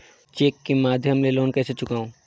Cheque के माध्यम ले लोन कइसे चुकांव?